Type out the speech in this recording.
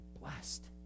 blessed